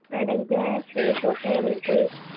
product جو ہے fresh ہوتے ہیں بالکل